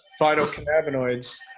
phytocannabinoids-